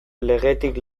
legetik